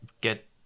get